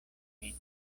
min